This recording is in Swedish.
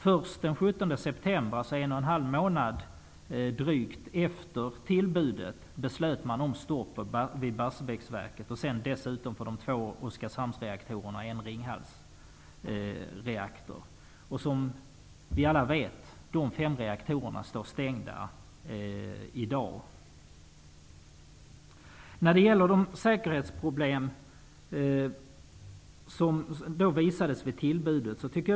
Först den 17 september, drygt en och en halv månad efter tillbudet, beslöt man att stoppa Barsebäcksverket. Det gällde också de två reaktorerna i Oskarshamn och en reaktor i Ringhals. Som vi alla vet står de fem reaktorerna stängda i dag. Det framkom vissa problem med säkerheten vid tillbudet.